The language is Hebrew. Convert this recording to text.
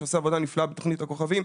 שעושה עבודה נפלאה בתוכנית הכוכבים.